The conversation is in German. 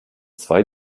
zwei